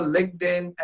LinkedIn